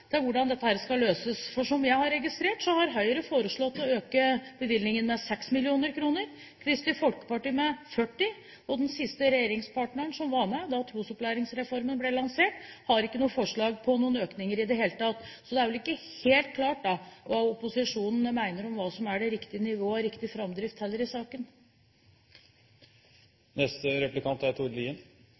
hvordan dette skal løses, for etter det jeg har registrert, har Høyre foreslått å øke bevilgningen med 6 mill. kr, Kristelig Folkeparti med 40 mill. kr, og den siste regjeringspartneren som var med da Trosopplæringsreformen ble lansert, har ikke noe forslag om økning i det hele tatt. Så det er vel ikke helt klart hva opposisjonen mener om hva som er det riktige nivået og den riktige framdriften heller i saken. Det er